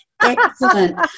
Excellent